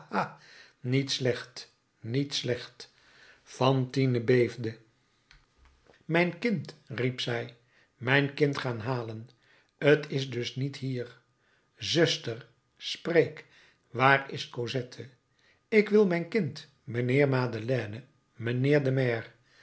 niet slecht niet slecht fantine beefde mijn kind riep zij mijn kind gaan halen t is dus niet hier zuster spreek waar is cosette ik wil mijn kind mijnheer madeleine mijnheer de maire